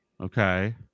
Okay